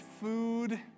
food